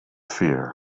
fear